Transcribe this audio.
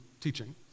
teaching